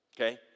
Okay